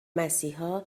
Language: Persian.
مسیحا